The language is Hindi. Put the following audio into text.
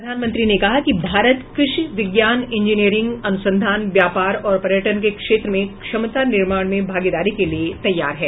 प्रधानमंत्री ने कहा कि भारत कृषि विज्ञान इंजीनियरिंग अनुसंधान व्यापार और पर्यटन के क्षेत्र में क्षमता निर्माण में भागीदारी के लिए तैयार है